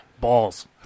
balls